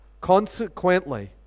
Consequently